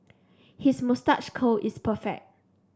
his moustache curl is perfect